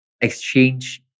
exchange